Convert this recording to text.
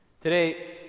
Today